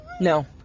no